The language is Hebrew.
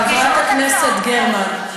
חברת הכנסת גרמן,